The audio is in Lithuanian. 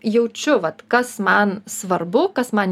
jaučiu vat kas man svarbu kas man